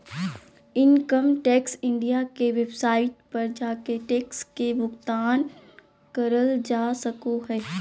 income tax India के website पर जाके टैक्स के भुगतान करल जा सको हय